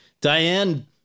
Diane